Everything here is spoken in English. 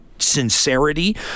sincerity